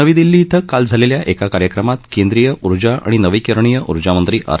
नवी दिल्ली इथं काल झालेल्या एका कार्यक्रमात केंद्रीय उर्जा आणि नवीकरणीय उर्जामंत्री आर